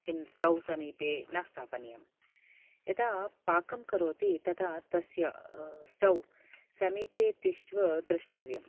किं स्टौ समीपे न स्थापनीयं यदा पाकं करोति तदा तस्य स्टौ समीपे तिष्ट्वा द्रष्टव्यम्